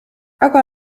aga